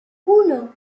uno